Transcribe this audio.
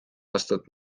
aastat